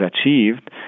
achieved